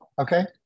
Okay